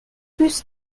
plus